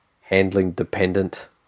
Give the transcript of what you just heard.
handling-dependent